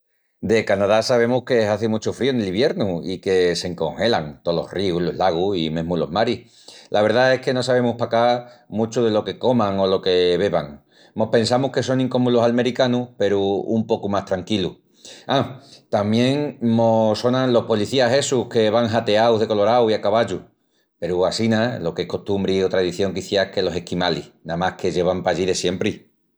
De Canadá sabemus que hazi muchu fríu nel iviernu i que s'encongelan tolos ríus, los lagus i mesmu los maris. La verdá es que no sabemus pacá muchu delo que coman o lo que beban. Mos pensamus que sonin comu los almericanus peru un pocu más tranquilus. Á, tamién mos sonan los policías essus que van hateaus de colorau i a cavallu. Peru assína lo que es costumbri o tradición quiciás que los esquimalis namás que llevan pallí de siempri.